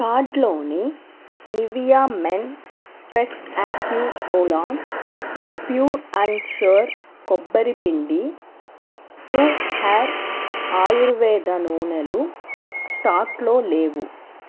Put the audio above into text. కార్టులోని Nivea men fresh active roll on pure and sure కొబ్బరి పిండి ట్రూ హేయిర్ ఆయుర్వేద నూనెలు స్టాకులో లేవు